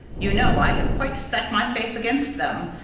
you know i have quite set my face against them,